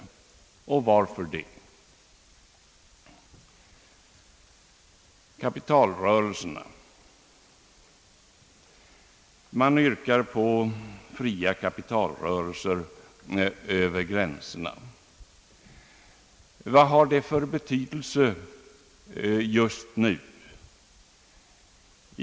Och varför det? När det gäller kapitalrörelserna yrkar man på fria kapitalrörelser över gränserna. Vad har detta för betydelse just nu?